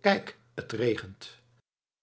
kijk t regent